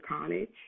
college